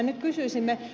nyt kysyisimme